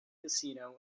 casino